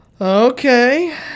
Okay